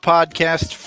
Podcast